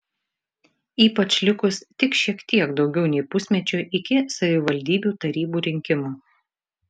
ypač likus tik šiek tiek daugiau nei pusmečiui iki savivaldybių tarybų rinkimų